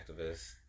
activist